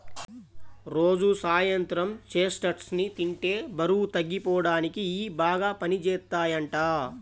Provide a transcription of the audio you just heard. రోజూ సాయంత్రం చెస్ట్నట్స్ ని తింటే బరువు తగ్గిపోడానికి ఇయ్యి బాగా పనిజేత్తయ్యంట